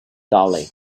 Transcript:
darling